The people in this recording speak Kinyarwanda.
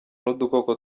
n’udukoko